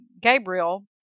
Gabriel